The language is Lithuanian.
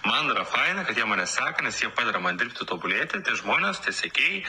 man yra faina kad jie mane seka nes jie padeda man dirbti tobulėti tie žmonės tie sekėjai